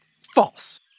false